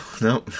no